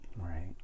right